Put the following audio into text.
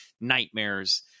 nightmares